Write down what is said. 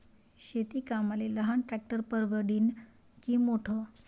शेती कामाले लहान ट्रॅक्टर परवडीनं की मोठं?